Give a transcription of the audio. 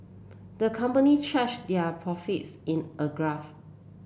the company charts their profits in a graph